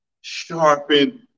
Sharpen